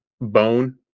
bone